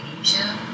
Asia